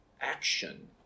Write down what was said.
action